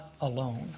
alone